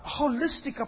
holistic